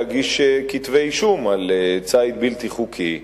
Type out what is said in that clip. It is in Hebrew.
להגיש כתבי אישום על ציד בלתי חוקי,